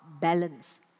balance